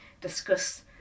discuss